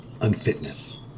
unfitness